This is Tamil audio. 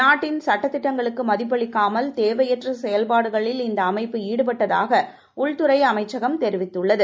நாட்டின் சட்டதிட்டங்களுக்கு மதிப்பளிக்காமல் தேவையற்ற செயல்பாடுகளில் இந்த அமைப்பு ஈடுபட்டதாக உள்துறை அமைச்சகம் கூறியுள்ளது